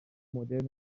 مدرن